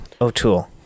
O'Toole